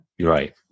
Right